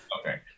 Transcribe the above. Okay